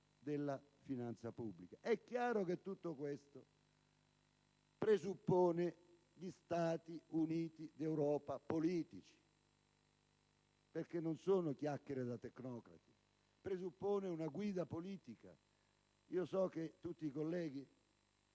della finanza pubblica. È chiaro che tutto questo presuppone gli Stati Uniti d'Europa politici: non sono chiacchiere da tecnocrati, ma si presuppone una guida politica. So che tutti i colleghi